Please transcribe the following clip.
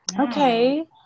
Okay